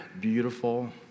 beautiful